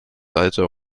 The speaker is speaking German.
alter